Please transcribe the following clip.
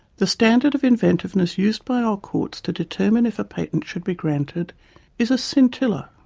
the standard of inventiveness used by our courts to determine if a patent should be granted is a scintilla.